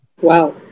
Wow